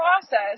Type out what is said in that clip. process